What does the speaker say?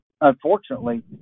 unfortunately